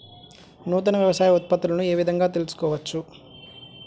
నూతన వ్యవసాయ ఉత్పత్తులను ఏ విధంగా తెలుసుకోవచ్చు?